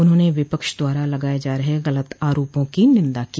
उन्होंने विपक्ष द्वारा लगाये जा रहे गलत आरोपों की निंदा की